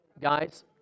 Guys